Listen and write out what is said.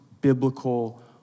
biblical